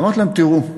אמרתי להם: תראו,